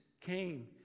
came